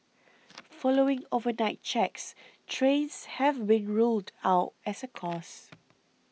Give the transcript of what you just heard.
following overnight checks trains have been ruled out as a cause